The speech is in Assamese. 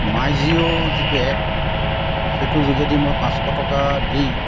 মাই জিঅ' যিটো এপ সেইটো যোগেদি মই পাঁচশ টকা দি